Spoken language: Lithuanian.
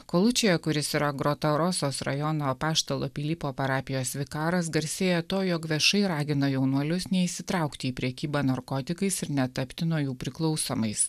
kuris yra rajono apaštalo pilypo parapijos vikaras garsėja tuo jog viešai ragino jaunuolius neįsitraukti į prekybą narkotikais ir netapti nuo jų priklausomais